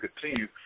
continue